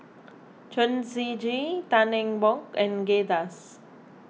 Chen Shiji Tan Eng Bock and Kay Das